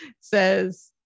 says